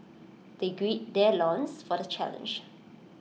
they gird their loins for the challenge